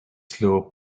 slow